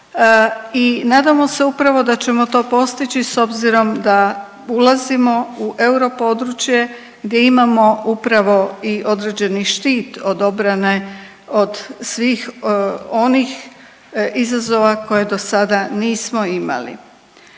i nadamo se da ćemo upravo to postići s obzirom da ulazimo u europodručje gdje imamo upravo i određeni štit odobrene od svih onih izazova koje do sada nismo imali.